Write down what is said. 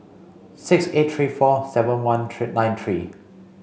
six eight three four seven one three nine three